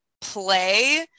play